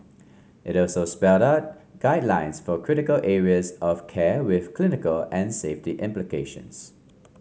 it also spelled out guidelines for critical areas of care with clinical and safety implications